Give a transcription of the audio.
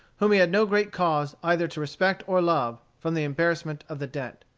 whom he had no great cause either to respect or love, from the embarrassment of the debt.